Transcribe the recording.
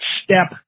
step